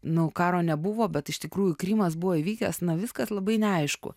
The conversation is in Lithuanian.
nu karo nebuvo bet iš tikrųjų krymas buvo įvykęs na viskas labai neaišku